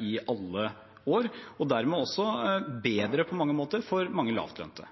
i alle år, og det er dermed også på mange måter bedre for mange lavtlønte.